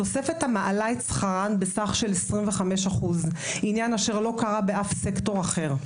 תוספת המעלה את שכרן בסך של 25% עניין אשר לא קרה באף סקטור אחר.